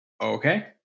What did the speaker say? Okay